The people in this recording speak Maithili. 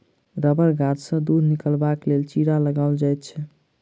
रबड़ गाछसँ दूध निकालबाक लेल चीरा लगाओल जाइत छै